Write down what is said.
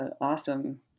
awesome